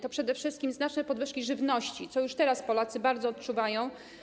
To przede wszystkim znaczne podwyżki cen żywności, co już teraz Polacy bardzo odczuwają.